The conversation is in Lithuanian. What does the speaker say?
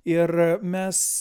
ir mes